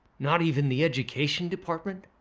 not even the education department?